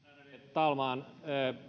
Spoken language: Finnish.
talman